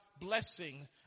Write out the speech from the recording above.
blessing